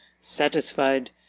satisfied